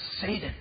Satan